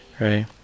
right